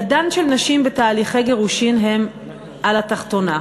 ידן של נשים בתהליכי גירושים היא על התחתונה.